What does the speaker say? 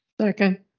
Second